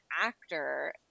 actor